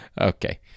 Okay